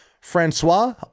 Francois